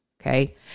okay